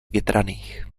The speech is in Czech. větraných